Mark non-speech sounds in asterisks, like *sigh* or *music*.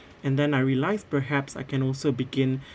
and then I realise perhaps I can also begin *breath*